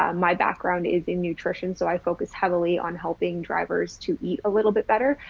um my background is in nutrition, so i focus heavily on helping drivers to eat a little bit better,